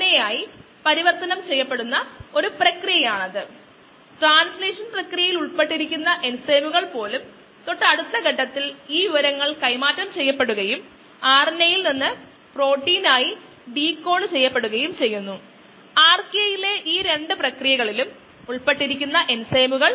K s നെക്കാൾ വളരെ വലുതാണെങ്കിൽ നമുക്ക് പറയാം K s 1 ഉം S 1000 ഉം ആണെങ്കിൽ അത് ഡിനോമിനേറ്ററിൽ 1000 ആണോ അല്ലെങ്കിൽ ഡിനോമിനേറ്ററിൽ 1001 ആണോ എന്ന് വ്യക്തമാക്കാൻ